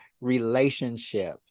relationship